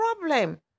problem